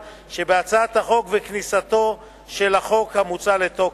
שבהצעת החוק וכניסתו של החוק המוצע לתוקף.